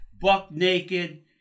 buck-naked